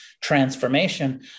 transformation